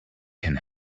can